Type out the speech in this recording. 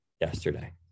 yesterday